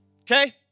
Okay